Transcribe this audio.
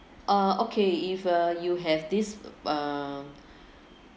okay if uh you have this uh